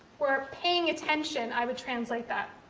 or paying attention, i would translate that,